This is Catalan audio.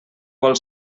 vol